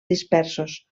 dispersos